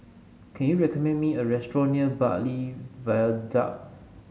can you recommend me a restaurant near Bartley Viaduct